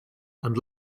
and